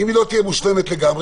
אם היא לא תהיה מושלמת לגמרי,